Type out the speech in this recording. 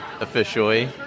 officially